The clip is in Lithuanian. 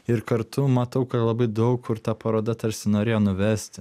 ir kartu matau kad labai daug kur ta paroda tarsi norėjo nuvesti